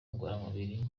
ngororamubiri